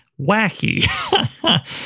wacky